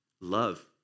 Love